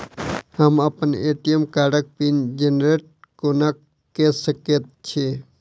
हम अप्पन ए.टी.एम कार्डक पिन जेनरेट कोना कऽ सकैत छी?